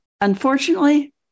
Unfortunately